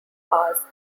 hours